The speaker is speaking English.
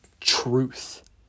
truth